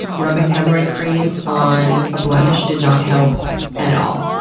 rubbing hemorrhoid cream on a blemish did not help at all.